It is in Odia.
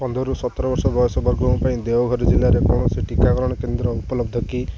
ପନ୍ଦରରୁ ସତର ବର୍ଷ ବୟସ ବର୍ଗଙ୍କ ପାଇଁ ଦେଓଗଡ଼ ଜିଲ୍ଲାରେ କୌଣସି ଟିକାକରଣ କେନ୍ଦ୍ର ଉପଲବ୍ଧ କି